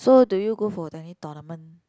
so do you go for any tournament